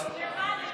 אני מרחמת עליו.